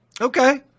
Okay